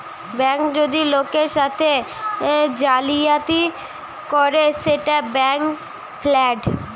bank যদি লোকের সাথে জালিয়াতি করে সেটা ব্যাঙ্ক ফ্রড